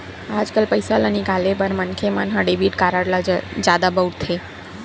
आजकाल पइसा ल निकाले बर मनखे मन ह डेबिट कारड ल जादा बउरथे